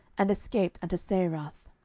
and escaped unto seirath.